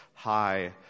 high